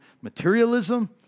materialism